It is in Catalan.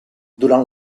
durant